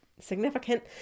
significant